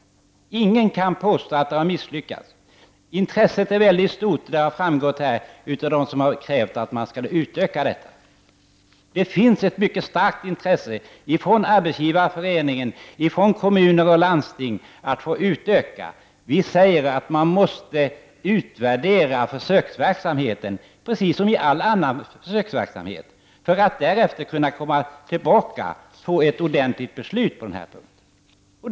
Ingen kan påstå att det har misslyckats. Intresset är mycket stort — det har framgått av det som har sagts av dem som vill att man skall utöka försöksverksamheten. Det finns ett mycket starkt intresse från Arbetsgivareföreningen, kommuner och landsting att utöka verksamheten. Vi säger att man måste utvärdera denna försöksverksamhet, precis som all annan försöksverksamhet, för att därefter kunna fatta ett ordentligt beslut på denna punkt.